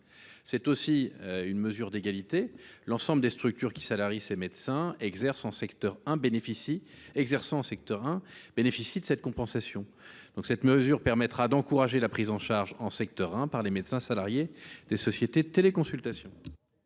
C’est aussi une mesure d’égalité. En effet, l’ensemble des structures qui salarient ces médecins exerçant en secteur 1 bénéficient de cette compensation. Cette mesure permettra d’encourager la prise en charge en secteur 1 par les médecins salariés des sociétés de téléconsultation.